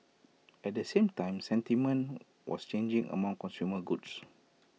at the same time sentiment was changing among consumer goods